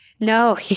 No